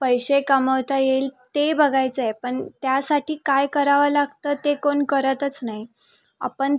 पैसे कमवता येईल ते बघायचं आहे पण त्यासाठी काय करावं लागतं ते कोण करतच नाही आपण ते